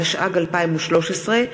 התשע"ג 2013,